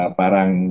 parang